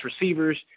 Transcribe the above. receivers